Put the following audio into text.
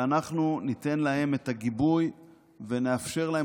שאנחנו ניתן להם את הגיבוי ונאפשר להם,